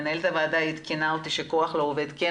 מנהלת הוועדה עדכנה אותי שכח לעובדים כן